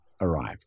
arrived